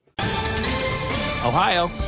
ohio